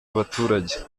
abaturage